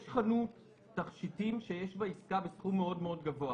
יש חנות תכשיטים שיש בה עסקה בסכום גבוה מאוד מאוד,